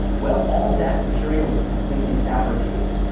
well all of that material is completely fabricated.